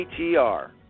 ATR